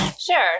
Sure